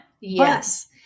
Yes